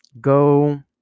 Go